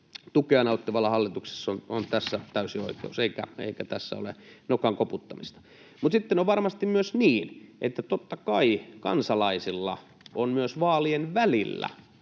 tukea nauttivalla hallituksella on tähän täysi oikeus, eikä tässä ole nokan koputtamista. Mutta sitten on varmasti myös niin, että totta kai kansalaisilla on myös vaalien välillä